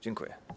Dziękuję.